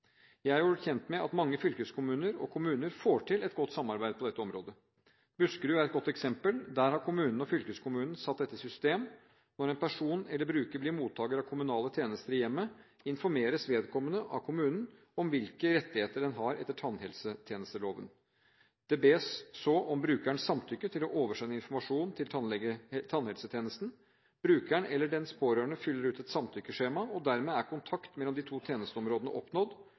Jeg er gjort kjent med at mange fylkeskommuner og kommuner får til et godt samarbeid på dette området. Buskerud er et godt eksempel på det. Der har kommunene og fylkeskommunen satt dette i system. Når en person eller bruker blir mottaker av kommunale tjenester i hjemmet, informeres vedkommende av kommunen om hvilke rettigheter man har etter tannhelsetjenesteloven. Det bes så om brukerens samtykke til å oversende informasjon til tannhelsetjenesten. Brukeren eller vedkommendes pårørende fyller ut et samtykkeskjema. Dermed er kontakt mellom de to tjenesteområdene oppnådd,